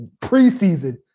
preseason